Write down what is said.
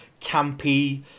campy